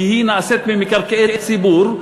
כי היא נעשית במקרקעי ציבור,